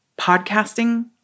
podcasting